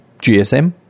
gsm